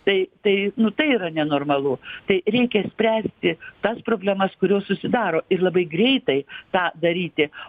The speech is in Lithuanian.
tai tai nu tai yra nenormalu tai reikia spręsti tas problemas kurios susidaro ir labai greitai tą daryti